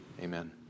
Amen